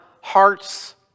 hearts